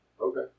Okay